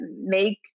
make